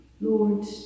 Lord